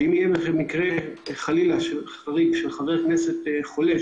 היא שאם יהיה חלילה מקרה של חבר כנסת חולה,